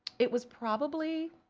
it was probably,